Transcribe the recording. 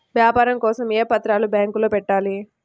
వ్యాపారం కోసం ఏ పత్రాలు బ్యాంక్లో పెట్టాలి?